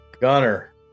Gunner